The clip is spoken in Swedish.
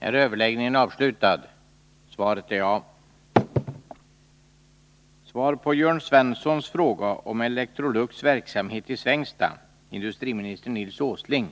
Industriminister Nils Åsling är på grund av sjukdom förhindrad att i dag besvara de under punkterna 1 och 2 på föredragningslistan upptagna frågorna.